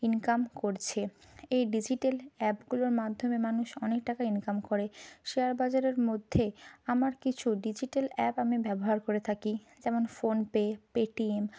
income করছে এই digital অ্যাপগুলোর মাধ্যমে মানুষ অনেক টাকা ইনকাম করে শেয়ার বাজারের মধ্যে আমার কিছু ডিজিটাল অ্যাপ আমি ব্যবহার করে থাকি যেমন ফোন পে পেটিএম